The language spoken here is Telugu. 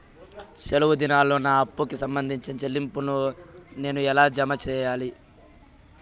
సెలవు దినాల్లో నా అప్పుకి సంబంధించిన చెల్లింపులు నేను ఎలా జామ సెయ్యాలి?